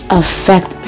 affect